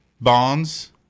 bonds